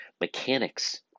mechanics